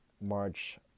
March